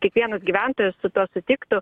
kiekvienas gyventojas su tuo sutiktų